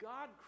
God